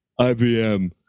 IBM